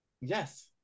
Yes